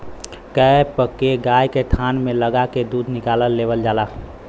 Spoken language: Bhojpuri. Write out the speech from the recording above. कैप के गाय के थान में लगा के दूध निकाल लेवल जाला